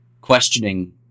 questioning